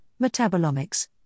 metabolomics